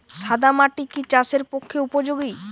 সাদা মাটি কি চাষের পক্ষে উপযোগী?